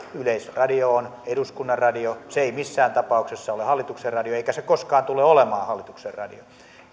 yleisradio on eduskunnan radio se ei missään tapauksessa ole hallituksen radio eikä se koskaan tule olemaan hallituksen radio